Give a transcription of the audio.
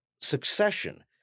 succession